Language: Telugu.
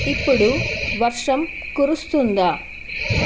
ఇప్పుడు వర్షం కురుస్తుందా